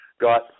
got